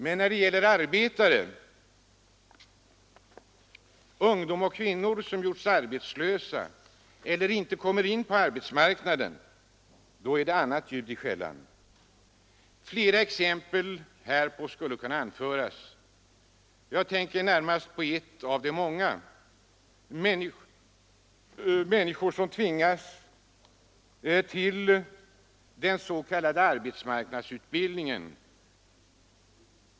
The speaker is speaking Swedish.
Men när det gäller arbetare, ungdom och kvinnor som gjorts arbetslösa eller inte kommer in på arbetsmarknaden, är det annat ljud i skällan. Flera exempel härpå skulle kunna anföras. Jag tänker närmast på de många människor som tvingas till den s.k. arbetsmarknadsutbildningen.